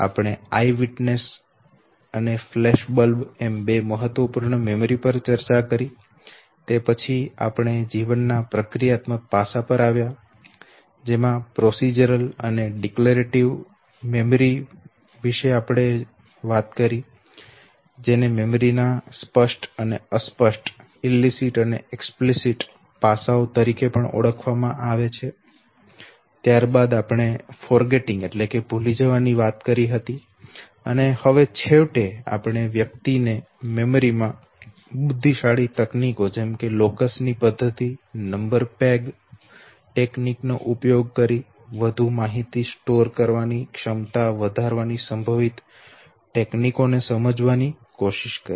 આપણે આઈવિટનેસ અને ફ્લેશબલ્બ એમ બે મહત્વપૂર્ણ પ્રકારની મેમરી પર ચર્ચા કરી અને તે પછી આપણે જીવન ના પ્રક્રિયાત્મક પાસા પર આવ્યા જેને પ્રક્રિયાગત અને ઘોષણાત્મક મેમરી માં વહેંચી શકાય છે જેને મેમરી ના સ્પષ્ટ અને અસ્પષ્ટ પાસાઓ તરીકે પણ ઓળખવામાં આવે છે અને ત્યાર બાદ આપણે ભૂલી જવાની વાત કરી હતી અને હવે આપણે છેવટે વ્યક્તિને મેમરી માં બુદ્ધિશાળી તકનીકો જેમ કે લોકસ ની પદ્ધતિ અને નંબર પેગ તકનીકો નો ઉપયોગ કરીને વધુ માહિતી સ્ટોર કરવાની એકંદર ક્ષમતા વધારવાની સંભવિત તકનીકો ને સમજવાની કોશિશ કરી